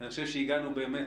אני חושב שהגענו באמת